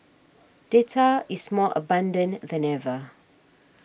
data is more abundant than ever